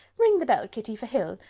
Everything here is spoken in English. ring the bell, kitty, for hill.